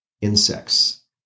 Insects